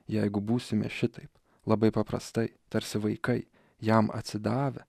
jeigu būsime šitaip labai paprastai tarsi vaikai jam atsidavę